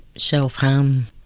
self harm,